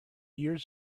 years